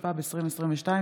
התשפ"ב 2022,